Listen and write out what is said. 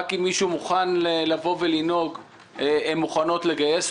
כל מי שמוכן לבוא ולנהוג הן מוכנות לגייס.